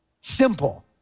Simple